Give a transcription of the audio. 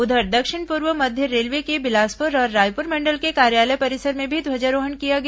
उधर दक्षिण पूर्व मध्य रेलवे के बिलासपुर और रायपुर मंडल के कार्यालय परिसर में भी ध्वजारोहण किया गया